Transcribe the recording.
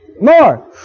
more